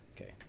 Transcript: okay